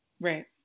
Right